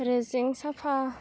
रेजें साफा